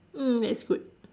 mm that's good